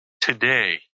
today